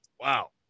Wow